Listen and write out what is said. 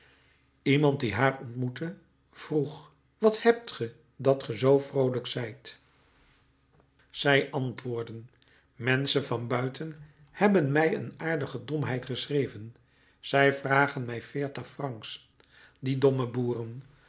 iemand die haar ontmoette vroeg wat hebt ge dat ge zoo vroolijk zijt zij antwoordde menschen van buiten hebben mij een aardige domheid geschreven zij vragen mij veertig francs die domme boeren